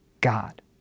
God